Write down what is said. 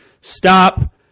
stop